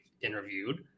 interviewed